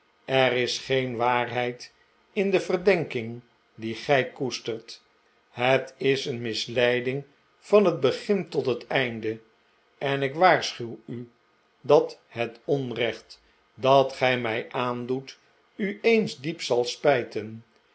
er is geen waarheid in de verdenking die gij koestert het is een misleiding van het begin tot het einde en ik waarschuw u dat het onrecht dat gij mij aandoet u eens diep zal spijten